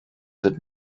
that